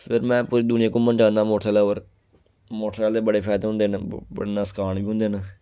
फिर में पूरी दुनिया घूमन जन्नां मोटरसैकल उप्पर मोटरसैकल दे बड़े फायदे होंदे न बड़े नसकान बी होंदे न